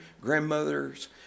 grandmothers